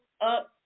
up